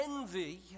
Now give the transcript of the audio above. envy